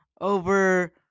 over